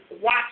watch